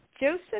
Joseph